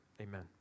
Amen